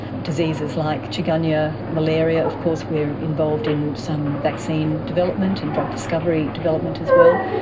diseases like chikungunya, malaria of course. we are involved in some vaccine development and drug discovery development as well.